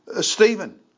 Stephen